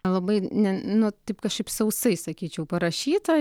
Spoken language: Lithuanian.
labai ne nu taip kažkaip sausai sakyčiau parašyta ir